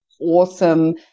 awesome